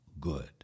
good